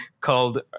called